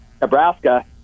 Nebraska